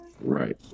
Right